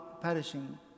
perishing